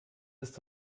ist